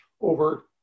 over